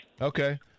Okay